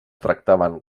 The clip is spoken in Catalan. tractaven